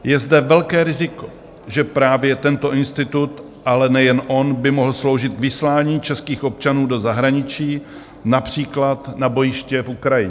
Je zde velké riziko, že právě tento institut, ale nejen on, by mohl sloužit k vyslání českých občanů do zahraničí, například na bojiště v Ukrajině.